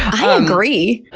i agree!